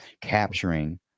capturing